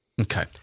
Okay